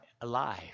alive